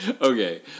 Okay